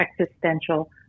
existential